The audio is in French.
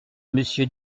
monsieur